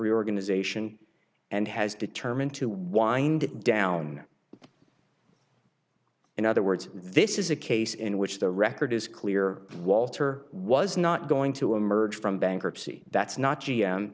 reorganization and has determined to wind down in other words this is a case in which the record is clear walter was not going to emerge from bankruptcy that's not g